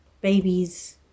babies